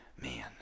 Man